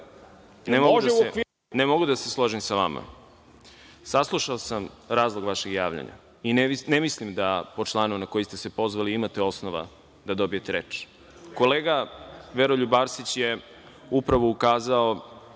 Ne mogu da se složim sa vama. Saslušao sam razlog vašeg javljanja i ne mislim da po članu na koji ste se pozvali imate osnova da dobijete reč. Kolega Veroljub Arsić je upravo ukazao,